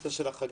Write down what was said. בנושא של החגים,